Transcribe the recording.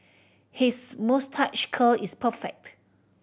his moustache curl is perfect